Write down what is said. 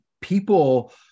people